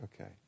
Okay